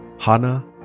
Hana